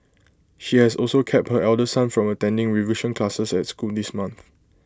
she has also kept her elder son from attending revision classes at school this month